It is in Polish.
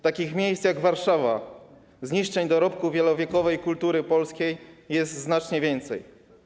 Takich miejsc jak Warszawa, zniszczonych dorobków wielowiekowej kultury polskiej, jest znacznie więcej.